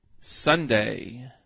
Sunday